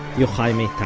yochai maital